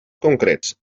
concrets